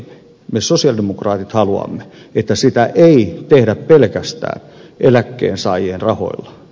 me sosialidemokraatit haluamme että sitä ei tehdä pelkästään eläkkeensaajien rahoilla